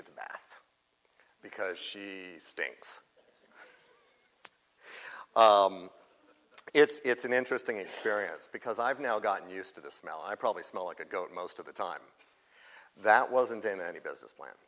gets back because she stinks it's an interesting experience because i've now gotten used to the smell i probably smell like a goat most of the time that wasn't in any business plan